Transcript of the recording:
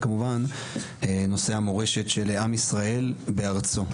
וכמובן נושא המורשת, של עם ישראל בארצו.